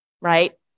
right